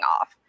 off